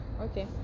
Okay